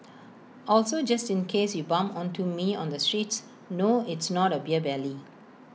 also just in case you bump onto me on the streets no it's not A beer belly